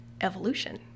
evolution